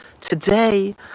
Today